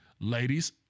Ladies